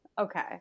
Okay